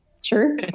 Sure